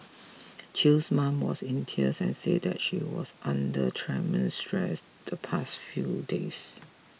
Chew's mom was in tears and said that she was under tremendous stress the past few days